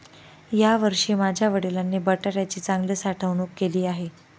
यावर्षी माझ्या वडिलांनी बटाट्याची चांगली साठवणूक केली आहे